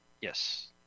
Yes